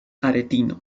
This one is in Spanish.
aretino